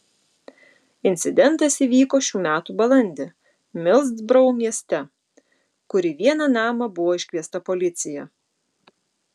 incidentas įvyko šių metų balandį midlsbro mieste kur į vieną namą buvo iškviesta policija